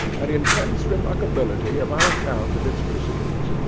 and intense remarkability of our account of its proceedings.